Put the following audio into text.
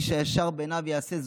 איש הישר בעיניו יעשה",